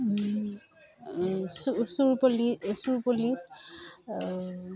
চোৰ পুলিচ চোৰ পুলিচ